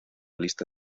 lista